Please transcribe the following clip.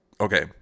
okay